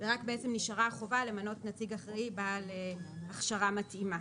ורק בעצם נשארה החובה למנות נציג אחראי בעל הכשרה מתאימה.